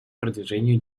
продвижению